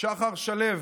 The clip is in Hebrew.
שחר שלו,